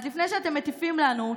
אז לפני שאתם מטיפים לנו,